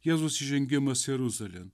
jėzaus įžengimas jeruzalėn